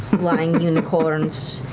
flying unicorns.